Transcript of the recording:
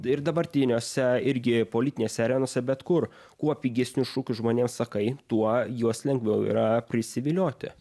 ir dabartiniuose irgi politinėse arenose bet kur kuo pigesnius šūkius žmonėms sakai tuo juos lengviau yra prisivilioti